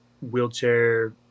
wheelchair